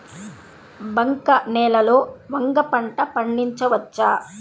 బంక నేలలో వంగ పంట పండించవచ్చా?